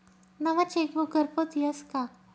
नवं चेकबुक घरपोच यस का?